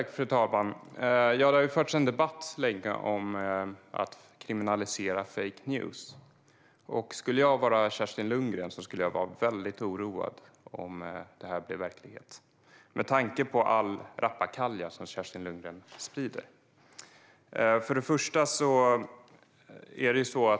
Fru talman! Det har länge förts en debatt om att kriminalisera fake news. Om jag var Kerstin Lundgren skulle jag vara orolig om det blir verklighet med tanke på alla den rappakalja Kerstin Lundgren sprider.